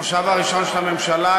המושב הראשון של הממשלה,